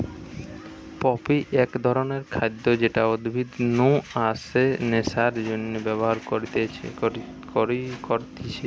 poppy এক ধরণের খাদ্য যেটা উদ্ভিদ নু আসে নেশার জন্যে ব্যবহার করতিছে